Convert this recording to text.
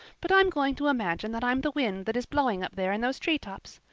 but i'm going to imagine that i'm the wind that is blowing up there in those tree tops.